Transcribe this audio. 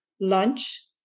lunch